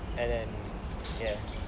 and then ya